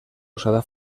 usada